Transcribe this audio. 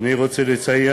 אני רוצה לציין,